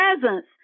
presence